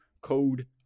code